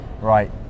right